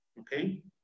Okay